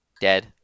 Dead